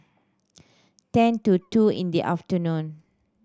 ten to two in the afternoon